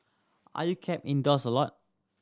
are you kept indoors a lot